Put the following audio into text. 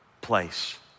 place